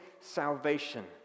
salvation